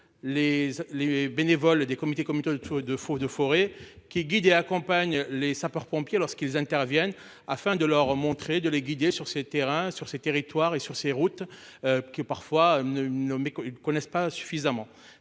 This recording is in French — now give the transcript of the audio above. les bénévoles des comités comme toi le de faux de forêts qui guide accompagne les sapeurs-pompiers lorsqu'ils interviennent afin de leur montrer de les guider sur ces terrains sur ces territoires et sur ces routes. Que parfois une mais qu'ils ne connaissent pas suffisamment.